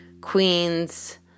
Queens